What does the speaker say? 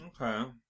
Okay